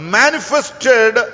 manifested